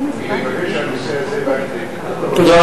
לכן אני מקווה שהנושא הזה בא לידי פתרון.